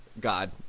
God